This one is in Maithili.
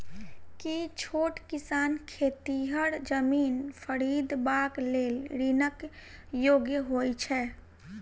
की छोट किसान खेतिहर जमीन खरिदबाक लेल ऋणक योग्य होइ छै?